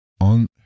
on